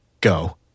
go